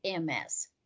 MS